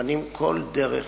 ובוחנים כל דרך